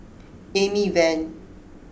Amy Van